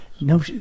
No